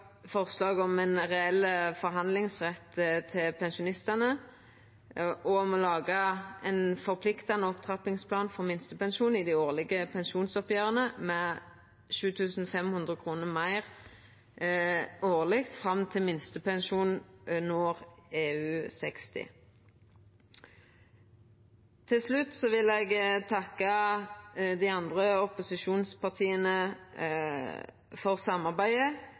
forslag om ein reell forhandlingsrett for pensjonistane, og om å laga ein forpliktande opptrappingsplan for minstepensjon i dei årlege pensjonsoppgjera, med 7 500 kr meir årleg fram til minstepensjonen når EU60. Til slutt vil eg takka dei andre opposisjonspartia for samarbeidet